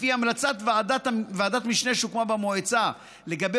לפי המלצת ועדת משנה שהוקמה במועצה לגבי